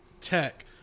tech